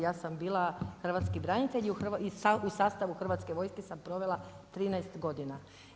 Ja sam bila hrvatski branitelj i u sastavu Hrvatske vojske sam provela 13 godina.